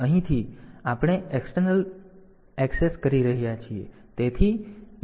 તો અહીંથી આપણે એક્સટર્નલ એક્સેસ કરી રહ્યા છીએ